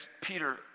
Peter